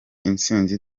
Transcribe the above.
intsinzi